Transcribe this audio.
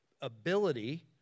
ability